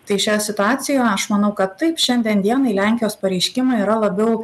tai šioje situacijoje aš manau kad taip šiandien dienai lenkijos pareiškimai yra labiau